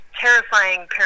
terrifying